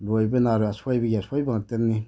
ꯂꯣꯏꯕ ꯅꯥꯏꯔꯣꯏ ꯑꯁꯣꯏꯕꯒꯤ ꯑꯁꯣꯏꯕ ꯉꯥꯛꯇꯅꯤ